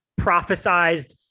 prophesized